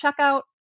checkout